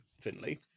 Finley